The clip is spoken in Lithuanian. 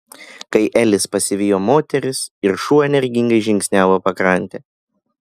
kai elis pasivijo moteris ir šuo energingai žingsniavo pakrante